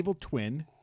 twin